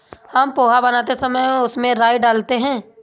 हम पोहा बनाते समय उसमें राई डालते हैं